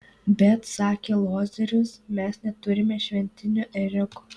bet sakė lozorius mes neturime šventinio ėriuko